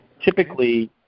typically